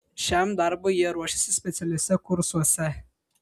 šiam darbui jie ruošiasi specialiuose kursuose